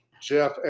Jeff